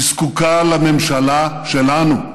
היא זקוקה לממשלה שלנו.